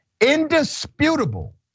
indisputable